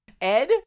Ed